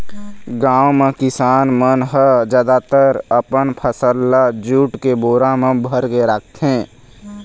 गाँव म किसान मन ह जादातर अपन फसल ल जूट के बोरा म भरके राखथे